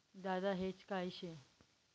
दादा हेज काय शे?